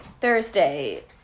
Thursday